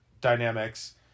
dynamics